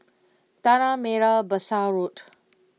Tanah Merah Besar Road